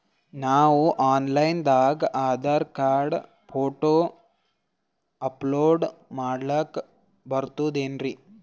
ನಾವು online ದಾಗ Aadhaar card, photo upload ಮಾಡ್ಲಕ ಬರ್ತದೇನ್ರಿ?